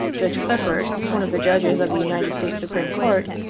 judge clifford, one of the judges of the united states supreme court,